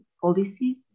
policies